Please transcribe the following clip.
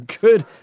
Good